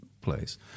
place